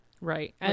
Right